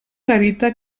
garita